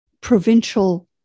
provincial